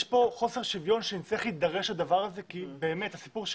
יש כאן חוסר שוויון שצריך להידרש הדבר הזה כי באמת הסיפור של